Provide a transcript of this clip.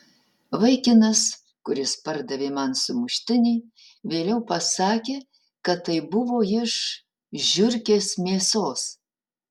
vaikinas kuris pardavė man sumuštinį vėliau pasakė kad tai buvo iš žiurkės mėsos